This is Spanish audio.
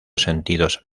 sentidos